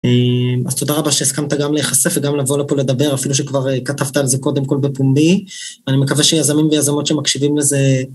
אז תודה רבה שהסכמת גם להיחשף וגם לבוא לפה לדבר, אפילו שכבר כתבת על זה קודם כל בפומבי, אני מקווה שיזמים ויזמות שמקשיבים לזה.